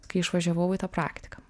kai išvažiavau į tą praktiką